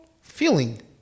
Feeling